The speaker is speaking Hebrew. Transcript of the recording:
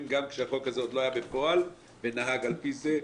כשהחוק הזה עוד לא היה בפועל ונהג לפי זה.